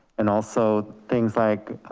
and also things like